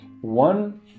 One